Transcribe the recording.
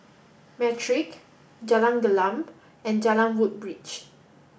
Matrix Jalan Gelam and Jalan Woodbridge